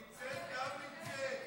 נמצאת גם נמצאת.